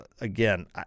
Again